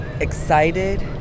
excited